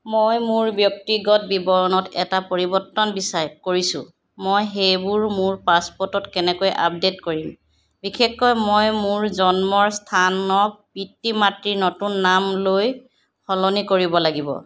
মই মোৰ ব্যক্তিগত বিৱৰণত এটা পৰিৱৰ্তন বিচা কৰিছোঁ মই সেইবোৰ মোৰ পাছপোৰ্টত কেনেকৈ আপডেট কৰিম বিশেষকৈ মই মোৰ জন্মৰ স্থানক পিতৃ মাতৃৰ নতুন নাম লৈ সলনি কৰিব লাগিব